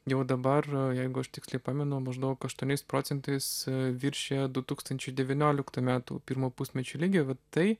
jau dabar jeigu aš tiksliai pamenu maždaug aštuoniais procentais viršija du tūkstančiai devynioliktų metų pirmo pusmečio lygį vat tai